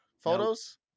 photos